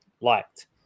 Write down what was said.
liked